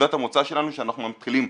נקודת המוצא שלנו שאנחנו מתחילים,